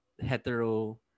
hetero